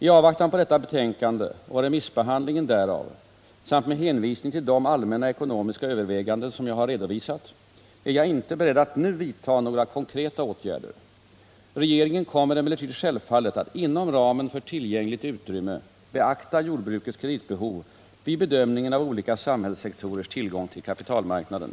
I avvaktan på detta betänkande och remissbehandlingen därav samt med hänvisning till de allmänna ekonomiska överväganden som jag har redovisat är jag inte beredd att nu vidta några konkreta åtgärder. Regeringen kommer emellertid självfallet att inom ramen för tillgängligt utrymme beakta jordbrukets kreditbehov vid bedömningen av olika samhällssektorers tillgång till kapitalmarknaden.